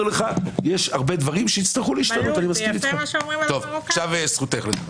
שהרבה דברים שונו כי היו דברי טעם.